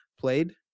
played